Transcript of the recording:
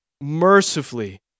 Mercifully